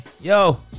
Yo